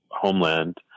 homeland